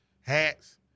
hats